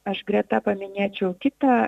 aš greta paminėčiau kitą